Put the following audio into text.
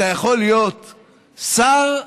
אתה יכול להיות שר,